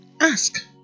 ask